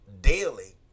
daily